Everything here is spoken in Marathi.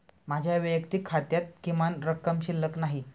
माझ्या वैयक्तिक खात्यात किमान रक्कम शिल्लक नाही